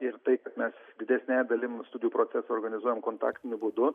ir tai kad mes didesniaja dalim studijų proceso organizuojam kontaktiniu būdu